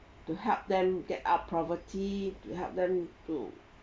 to help them get out poverty to help them to